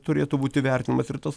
turėtų būti vertinamas ir tas